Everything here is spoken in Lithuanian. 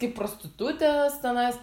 kaip prostitutės tenais